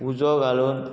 उजो घालून